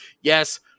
yes